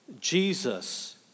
Jesus